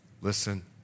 Listen